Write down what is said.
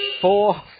four